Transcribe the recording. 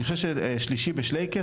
אני חושב ששלישי בשלייקס,